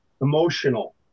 emotional